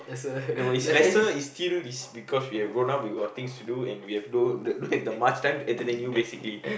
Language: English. no is lesser is still is because we have grown up we got things to do and we have don't we have the must time to entertain you basically